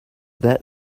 that